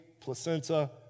placenta